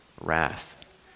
wrath